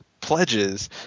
pledges